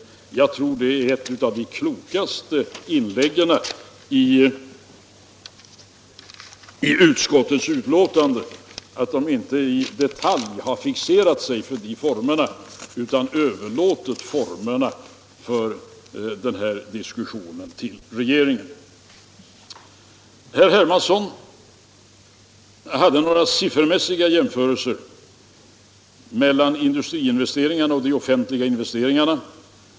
Jag tror att ett av de klokaste inslagen i utskottsbetänkandet är att man inte i detalj fastställt formerna för arbetstagarnas medverkan utan överlåtit detta till regeringen. Herr Hermansson gjorde några siffermässiga jämförelser mellan industriinvesteringarna och de offentliga investeringarna.